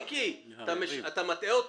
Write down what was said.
מיקי, אתה מטעה אותו.